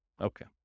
Okay